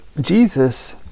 Jesus